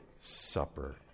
supper